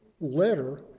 letter